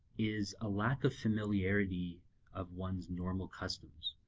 is a lack of familiarity of one's normal customs